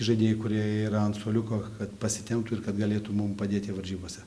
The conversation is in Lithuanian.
žaidėjai kurie yra ant suoliuko kad pasitemptų ir kad galėtų mum padėti varžybose